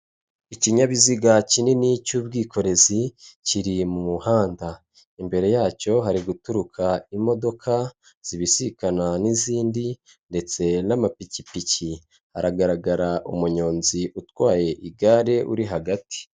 Ikinyabiziga kinini cy'ubwikorezi, kiri mu muhanda, imbere yacyo hari guturuka imodoka zibisikana n'izindi, ndetse n'amapikipiki, hagaragara umunyonzi utwaye igare uri hagati.